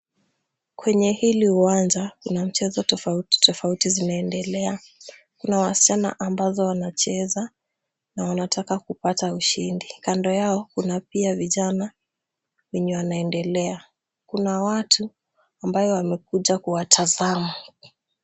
Kwenye hili uwanja, kuna mchezo tofauti tofauti zinaendelea, kuna waschana ambazo wanacheza, na wanataka kupata ushindi, kando yao, kuna pia vijana wenye wanaendelea, kuna watu ambao wamekuja kuwatazama.